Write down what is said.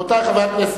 רבותי חברי הכנסת,